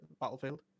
battlefield